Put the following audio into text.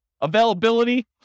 Availability